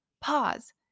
Pause